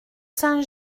saint